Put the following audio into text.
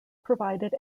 provided